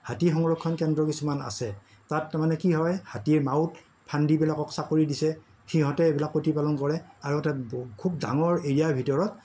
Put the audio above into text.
হাতী সংৰক্ষণ কেন্দ্ৰ কিছুমান আছে তাত তাৰমানে কি হয় হাতীৰ মাউত ফান্দিবিলাকক চাকৰি দিছে সিহঁতে এইবিলাক প্ৰতিপালন কৰে আৰু এটা খুব ডাঙৰ এৰিয়াৰ ভিতৰত